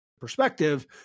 perspective